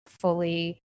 fully